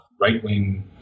right-wing